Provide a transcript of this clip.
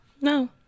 No